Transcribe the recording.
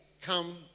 come